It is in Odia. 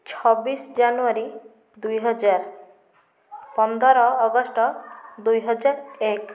ଛବିଶ ଜାନୁଆରୀ ଦୁଇ ହଜାର ପନ୍ଦର ଅଗଷ୍ଟ ଦୁଇ ହଜାର ଏକ